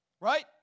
right